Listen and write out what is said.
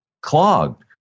clogged